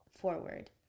forward